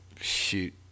Shoot